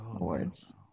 Awards